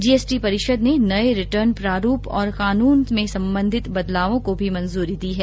GST परिषद ने नए रिटर्न प्रारूप और कानून में संबंधित बदलावों को भी मंजूरी दी है